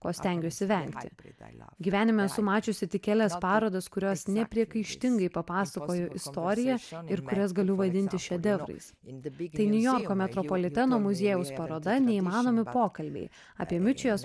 ko stengiuosi vengti gyvenime esu mačiusi tik kelias parodas kurios nepriekaištingai papasakojo istoriją ir kurias galiu vadinti šedevrais tai niujorko metropoliteno muziejaus paroda neįmanomi pokalbiai apie miučijos